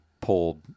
pulled